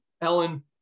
Ellen